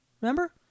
Remember